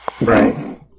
right